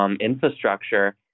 infrastructure